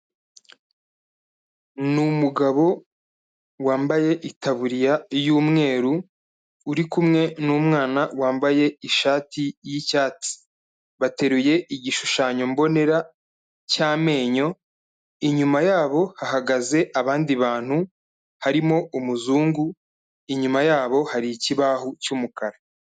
Ni umugabo wambaye itaburiya y'umweru, uri kumwe n'umwana wambaye ishati yicyatsi. Bateruye igishushanyo mbonera cy'amenyo, inyuma yabo, hahagaze abandi bantu, harimo umuzungu, inyuma yabo, hari ikibaho cy'umukara.